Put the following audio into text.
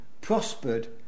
prospered